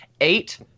eight